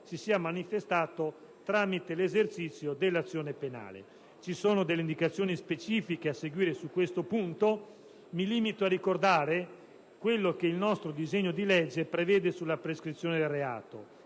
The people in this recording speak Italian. si sia manifestato tramite l'esercizio dell'azione penale. Ci sono indicazioni specifiche a seguire su questo punto; mi limito a ricordare quello che il nostro disegno di legge prevede sulla prescrizione del reato,